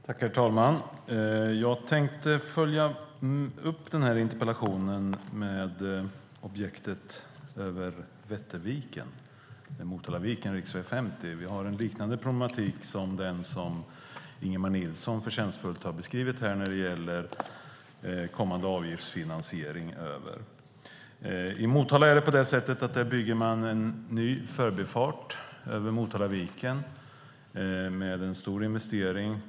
Herr talman! Jag tänkte följa upp den här interpellationen med objektet när det gäller Vätterviken, Motalaviken och riksväg 50. Vi har en liknande problematik som den som Ingemar Nilsson förtjänstfullt har beskrivit när det gäller kommande avgiftsfinansiering. I Motala bygger man en ny förbifart över Motalaviken. Det är en stor investering.